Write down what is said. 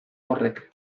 horrek